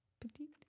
Petite